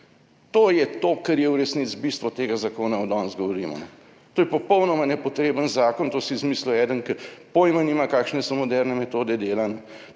To je to, kar je v resnici bistvo tega zakona, danes govorimo, ne. To je popolnoma nepotreben zakon, to si je izmislil eden, ki pojma nima, kakšne so moderne metode dela!